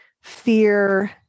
fear